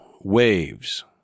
waves